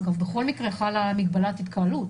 אגב, בכל מקרה חלה מגבלת התקהלות,